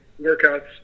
workouts